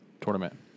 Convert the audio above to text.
tournament